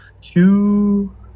two